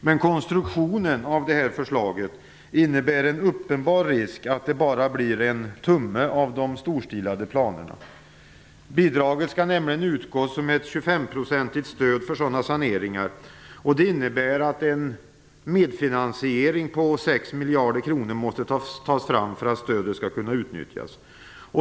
Men konstruktionen av förslaget innebär en uppenbar risk för att det bara blir en tumme av de storstilade planerna. Bidraget skall nämligen utgå som ett 25-procentigt stöd för sådana saneringar. Det innebär att en medfinansiering på 6 miljarder kronor måste tas fram för att stödet skall kunna utnyttjas.